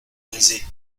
brisée